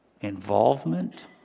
involvement